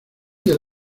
del